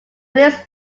lifts